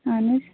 اَہَن حظ